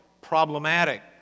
problematic